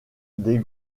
des